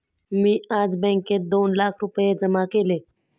मी आज बँकेत दोन लाख रुपये जमा केले